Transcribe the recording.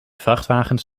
vrachtwagens